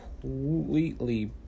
completely